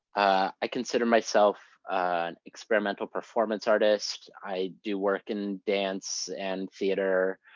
i consider myself an experimental performance artist. i do work in dance, and theater,